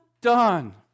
done